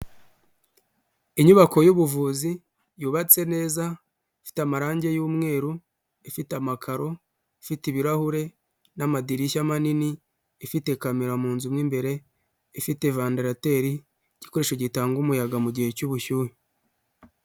Inyubako yubuvuzi, yubatse neza, ifite amarangi y'umweru, ifite amakaro, ifite ibirahure n'amadirishya manini, ifite kamera mu nzu mo mbere, ifite vanderateri, igikoresho gitanga umuyaga mu gihe cy'ubushyuhe.